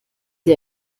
sie